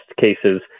cases